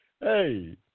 Hey